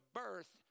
birth